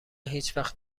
هیچوقت